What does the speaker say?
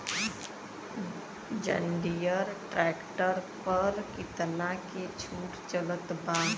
जंडियर tractor पर कितना के छूट चलत बा?